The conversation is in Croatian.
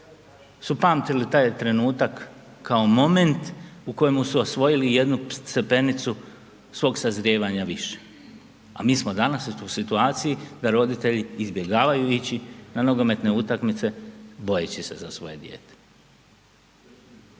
su pamtili taj trenutak kao moment u kojemu su osvojili jednu stepenicu svog sazrijevanja više, a mi smo danas u toj situaciji da roditelji izbjegavaju ići na nogometne utakmice bojeći se za svoje dijete.